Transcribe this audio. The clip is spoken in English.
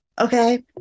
okay